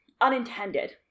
unintended